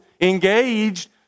engaged